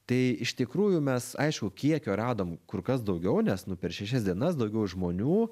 tai iš tikrųjų mes aišku kiekio radom kur kas daugiau nes nu per šešias dienas daugiau žmonių